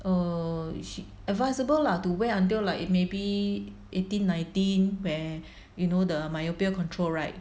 err she advisable lah to wear until like maybe eighteen nineteen when you know the myopia control right